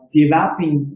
developing